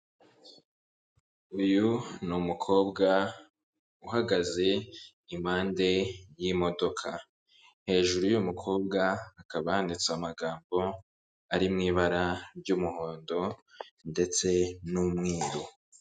Uyu ni umukobwa uhagaze impande y'imodoka hejuru y'uyu mukobwa hakaba handitse amagambo ari mu ibara ry'umuhondo ndetse n'umweru.